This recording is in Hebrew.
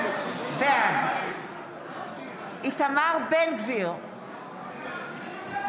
בעד איתמר בן גביר,